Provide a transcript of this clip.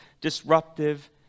disruptive